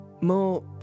more